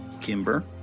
Kimber